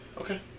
Okay